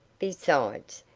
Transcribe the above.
besides,